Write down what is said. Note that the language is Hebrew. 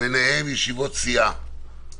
ביניהן ישיבות סיעה,